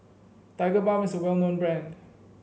Tigerbalm is a well known brand